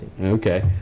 Okay